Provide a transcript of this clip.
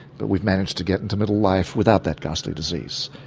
but we've managed to get into middle life without that ghastly disease,